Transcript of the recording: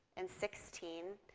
and sixteen,